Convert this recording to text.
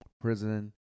prison